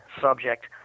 subject